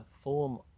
form